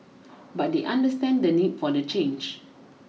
but they understand the need for the change